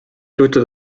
jutud